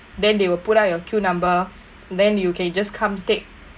then they will pull out your queue number then you can just come take